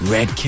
Red